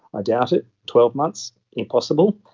ah doubt it. twelve months? impossible.